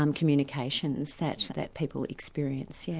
um communications that that people experience, yeah